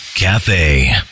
Cafe